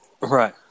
right